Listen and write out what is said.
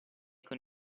con